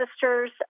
sisters